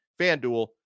FanDuel